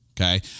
okay